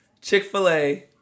Chick-fil-A